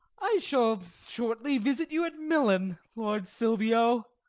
i shall shortly visit you at milan, lord silvio.